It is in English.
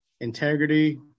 integrity